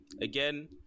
again